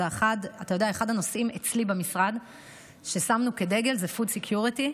אחד הנושאים אצלי במשרד ששמנו כדגל זה food security.